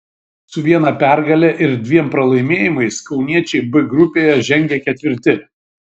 su viena pergale ir dviem pralaimėjimais kauniečiai b grupėje žengia ketvirti